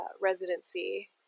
residency